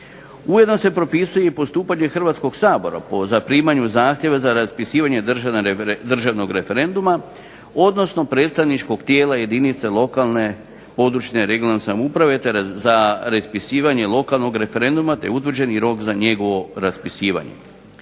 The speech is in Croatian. Ujedno se propisuje postupanje Hrvatskog sabora po zaprimanju zahtjeva za raspisivanje državnog referenduma odnosno predstavničkog tijela jedinice lokalne, područne, regionalne samouprave, te za raspisivanje lokalnog referenduma te utvrđeni rok za njegovo raspisivanje.